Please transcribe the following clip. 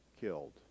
killed